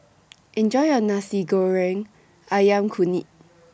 Enjoy your Nasi Goreng Ayam Kunyit